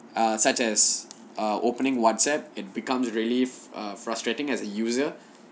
uh such as uh opening whatsapp it becomes really ah frustrating as a user